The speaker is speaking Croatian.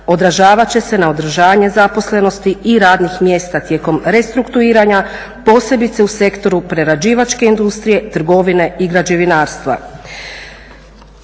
odražavat će se na održanje zaposlenosti i radnih mjesta tijekom restrukturiranja posebice u sektoru prerađivačke industrije, trgovine i građevinarstva.